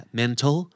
mental